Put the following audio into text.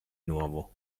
nuovo